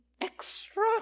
extra